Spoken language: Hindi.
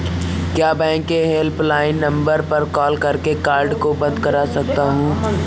क्या बैंक के हेल्पलाइन नंबर पर कॉल करके कार्ड को बंद करा सकते हैं?